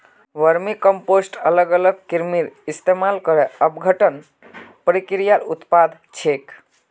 vermicompost अलग अलग कृमिर इस्तमाल करे अपघटन प्रक्रियार उत्पाद छिके